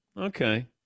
Okay